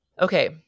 Okay